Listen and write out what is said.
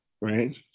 right